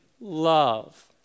love